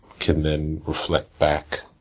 can then reflect back